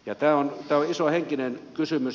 tämä on iso henkinen kysymys